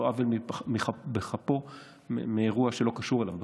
לא עוול בכפו באירוע שלא קשור אליו בכלל,